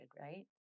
right